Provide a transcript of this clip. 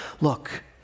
look